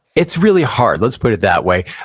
it's really hard, let's put it that way.